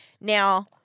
Now